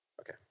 Okay